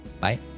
bye